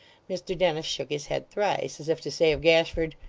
mr dennis shook his head thrice, as if to say of gashford,